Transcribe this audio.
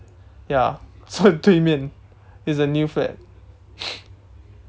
ya 在对面 is the new flat